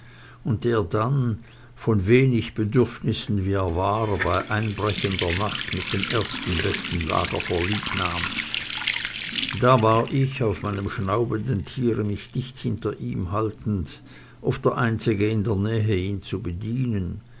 und der dann von wenig bedürfnissen wie er war bei einbrechender nacht mit dem ersten besten lager vorliebnahm da war ich auf meinem schnaubenden tiere mich dicht hinter ihm haltend oft der einzige in der nahe ihn zu bedienen